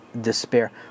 despair